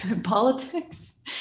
politics